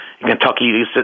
Kentucky